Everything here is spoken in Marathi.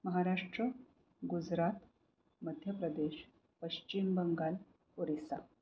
महाराष्ट्र गुजरात मध्य प्रदेश पश्चिम बंगाल ओरिसा